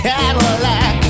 Cadillac